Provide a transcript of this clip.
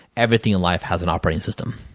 everything in life has an operating system.